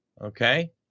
Okay